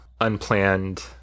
unplanned